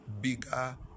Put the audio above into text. bigger